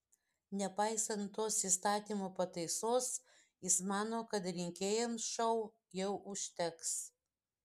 nepaisant tos įstatymo pataisos jis mano kad rinkėjams šou jau užteks